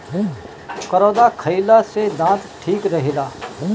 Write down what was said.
करौदा खईला से दांत ठीक रहेला